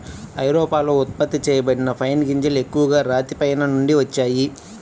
ఐరోపాలో ఉత్పత్తి చేయబడిన పైన్ గింజలు ఎక్కువగా రాతి పైన్ నుండి వచ్చాయి